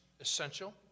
essential